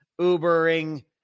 Ubering